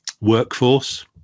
workforce